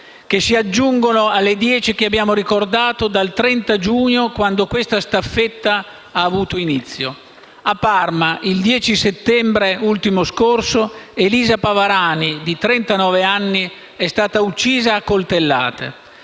che si aggiungono alle dieci che abbiamo ricordato dal 30 giugno, quando questa staffetta ha avuto inizio. A Parma, il 10 settembre, Elisa Pavarani, di trentanove anni, è stata uccisa a coltellate;